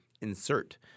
insert